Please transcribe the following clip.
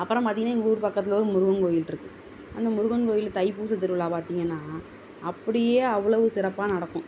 அப்புறோம் பார்த்திங்கன்னா எங்கூர் பக்கத்தில் ஒரு முருகன் கோயில் இருக்குது அந்த முருகன் கோயில் தைப்பூச திருவிழா பார்த்திங்கன்னா அப்படியே அவ்வளோ சிறப்பாக நடக்கும்